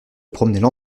promenaient